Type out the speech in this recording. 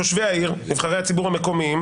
תושבי העיר, נבחרי הציבור המקומיים.